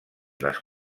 les